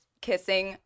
kissing